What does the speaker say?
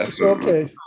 okay